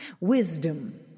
wisdom